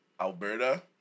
Alberta